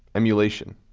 emulation.